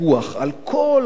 על כל העובדים,